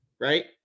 right